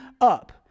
up